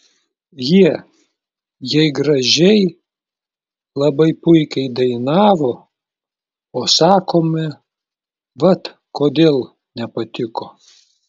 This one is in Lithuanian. jie jei gražiai labai puikiai dainavo o sakome vat kodėl nepatiko